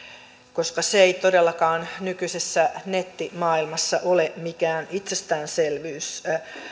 koska se ei todellakaan nykyisessä nettimaailmassa ole mikään itsestäänselvyys